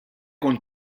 con